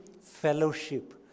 fellowship